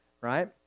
right